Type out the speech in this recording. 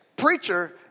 Preacher